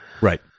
Right